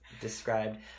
described